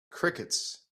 crickets